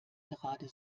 gerade